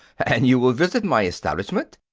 and you will visit my establishment?